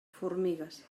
formigues